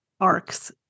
arcs